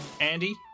Andy